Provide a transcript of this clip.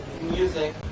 music